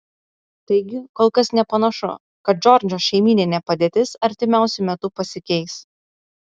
taigi kol kas nepanašu kad džordžo šeimyninė padėtis artimiausiu metu pasikeis